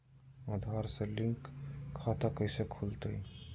आधार से लिंक खाता कैसे खुलते?